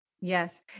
Yes